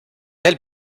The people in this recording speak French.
elles